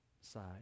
side